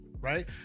Right